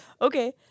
okay